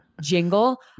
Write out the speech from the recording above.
jingle